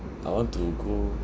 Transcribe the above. I want to go